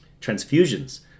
transfusions